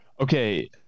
Okay